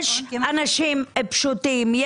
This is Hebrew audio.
יש אנשים פשוטים.